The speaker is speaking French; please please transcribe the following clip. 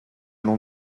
long